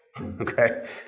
Okay